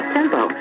Tempo